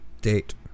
date